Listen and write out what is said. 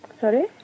Sorry